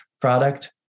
product